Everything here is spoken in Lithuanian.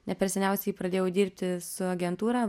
ne per seniausiai pradėjau dirbti su agentūra